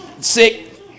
sick